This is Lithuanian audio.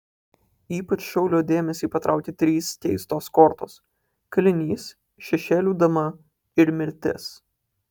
ypač šaulio dėmesį patraukia trys keistos kortos kalinys šešėlių dama ir mirtis